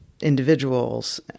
individuals